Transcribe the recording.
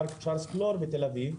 בפארק צ'רלס קלור בתל אביב,